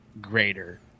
greater